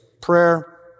prayer